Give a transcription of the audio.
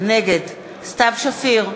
נגד סתיו שפיר,